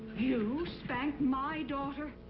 you spanked my daughter?